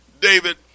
David